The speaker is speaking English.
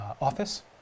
office